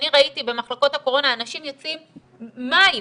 אני ראיתי במחלקות הקורונה אנשים יוצאים מים,